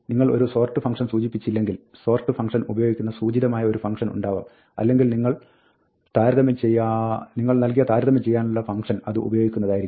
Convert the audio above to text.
നിങ്ങൾ ഒരു sort function സൂചിപ്പിച്ചില്ലെങ്കിൽ സോർട്ട് ഫംഗ്ഷൻ ഉപയോഗിക്കുന്ന സൂചിതമായ ഒരു ഫംഗ്ഷൻ ഉണ്ടാവാം അല്ലെങ്കിൽ നിങ്ങൾ നൽകിയ താരതമ്യം ചെയ്യാനുള്ള ഫംഗ്ഷൻ അത് ഉപയോഗിക്കുന്നതായിരിക്കും